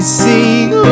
sing